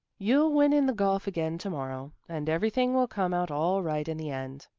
you'll win in the golf again to-morrow, and everything will come out all right in the end.